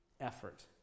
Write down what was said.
effort